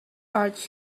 urged